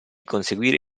conseguire